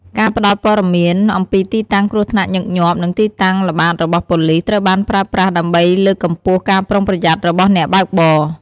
ការផ្ដល់ព័ត៌មានអំពីទីតាំងគ្រោះថ្នាក់ញឹកញាប់ និងទីតាំងល្បាតរបស់ប៉ូលិស ត្រូវបានប្រើប្រាស់ ដើម្បីលើកកម្ពស់ការប្រុងប្រយ័ត្នរបស់អ្នកបើកបរ។